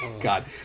God